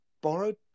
borrowed